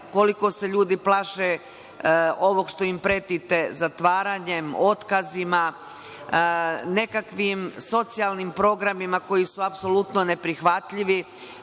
koliko se ljudi plaše ovog što im pretite zatvaranjem, otkazima, nekakvim socijalnim programima koji su apsolutno neprihvatljivi?